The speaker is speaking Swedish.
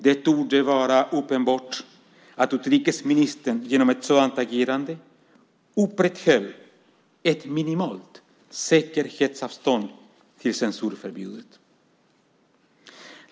Det torde vara uppenbart att utrikesministern genom ett sådant agerande upprätthöll ett minimalt säkerhetsavstånd till censurförbudet.